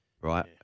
right